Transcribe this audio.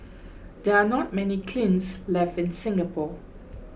there are not many kilns left in Singapore